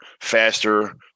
faster